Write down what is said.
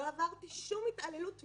לא עברתי שום התעללות מינית,